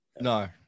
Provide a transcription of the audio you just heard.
no